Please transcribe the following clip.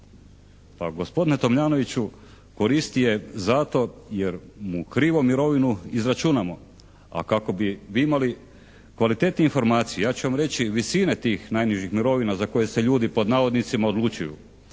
Pa gospodine Tomljanoviću, koristi je zato jer mu krivu mirovinu izračunamo. A kako bi vi imali kvalitetnije informacije ja ću vam reći visini tih najnižih mirovina za koje se ljudi "odlučuju".